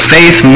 Faith